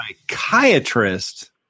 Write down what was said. psychiatrist